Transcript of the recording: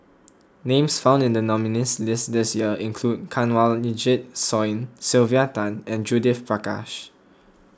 names found in the nominees' list this year include Kanwaljit Soin Sylvia Tan and Judith Prakash